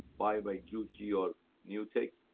buy by juki or new-tech.